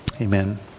Amen